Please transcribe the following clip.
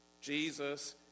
Jesus